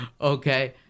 okay